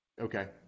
Okay